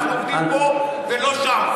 אנחנו עובדים פה ולא שם.